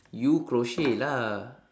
you crochet lah